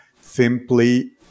simply